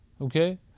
okay